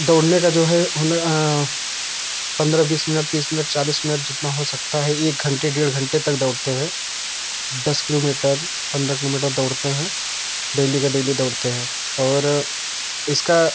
दौड़ने का जो है हमें पंद्रह बीस मिनट तीस मिनट चालीस मिनट जितना हो सकता है एक घंटे डेढ़ घंटे तक दौड़ते हैं दस किलोमीटर पंद्रह किलोमीटर दौड़ते हैं डेली का डेली दौड़ते हैं और इसका